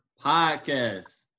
Podcast